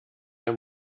der